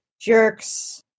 jerks